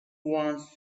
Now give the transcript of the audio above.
wants